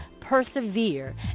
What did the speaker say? persevere